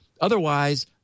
Otherwise